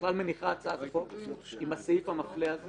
בכלל מניחה הצעת חוק עם הסעיף המפלה הזה